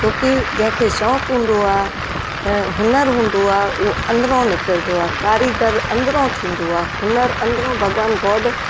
छो की जंहिंखे शौक़ु हूंदो आहे ऐं हुनरु हूंदो आहे उहो अंदरां निकिरंदो आहे कारीगर अंदरो थींदो आहे हुनरु अंदरां भॻवानु गौड